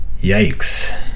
Yikes